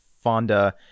Fonda